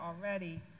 already